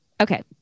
Okay